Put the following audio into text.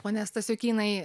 pone stasiukynai